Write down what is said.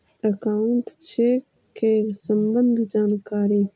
Account check के सम्बन्ध जानकारी?